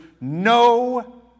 no